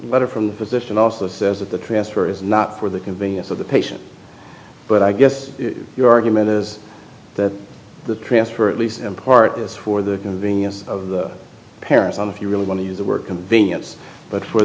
letter from the physician also says that the transfer is not for the convenience of the patient but i guess your argument is that the transfer at least in part is for the convenience of parents on if you really want to use the word convenience but for